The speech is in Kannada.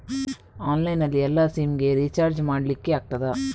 ಆನ್ಲೈನ್ ನಲ್ಲಿ ಎಲ್ಲಾ ಸಿಮ್ ಗೆ ರಿಚಾರ್ಜ್ ಮಾಡಲಿಕ್ಕೆ ಆಗ್ತದಾ?